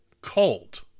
cold